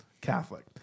Catholic